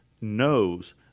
knows